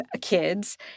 kids